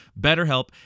BetterHelp